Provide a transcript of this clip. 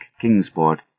Kingsport